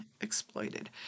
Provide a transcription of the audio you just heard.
exploited